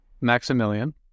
maximilian